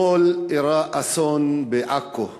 אתמול אירע אסון בעכו.